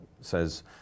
says